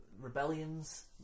rebellions